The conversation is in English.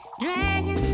Dragon